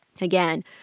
again